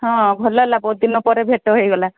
ହଁ ଭଲ ହେଲା ବହୁତ ଦିନ ପରେ ଭେଟ ହୋଇଗଲା